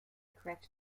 correct